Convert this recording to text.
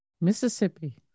Mississippi